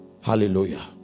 hallelujah